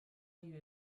you